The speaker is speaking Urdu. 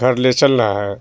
گھر لے چلنا ہے